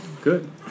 Good